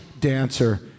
dancer